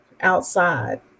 outside